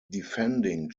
defending